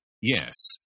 Yes